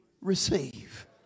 receive